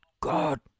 God